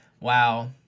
Wow